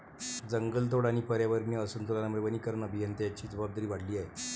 जंगलतोड आणि पर्यावरणीय असंतुलनामुळे वनीकरण अभियंत्यांची जबाबदारी वाढली आहे